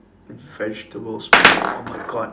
vegetables oh my god